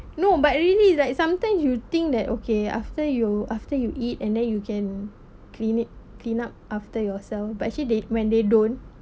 no but really it's like sometime you think that okay after you after you eat and then you can clean it clean up after yourself but actually they when they don't